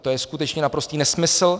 To je skutečně naprostý nesmysl.